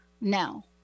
Now